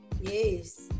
Yes